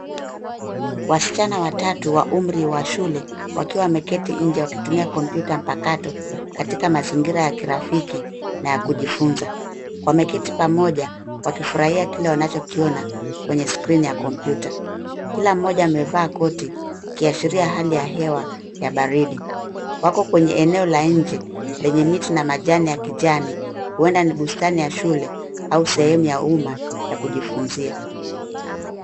Wasichana watatu wa umri wa shule wakiwa wameketi nje wakitumia kompyuta mpakato katika mazingira ya kirafiki na ya kujifunza. Wameketi pamoja wakifurahia kile wanachokiona kwenye skrini ya kompyuta kila mmoja amevaa koti kiashiria hali ya hewa ya baridi. Wako kwenye eneo la nje lenye miti na majani ya kijani huenda ni bustani ya shule au sehemu ya umma ya kujifunzia.